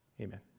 Amen